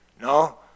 No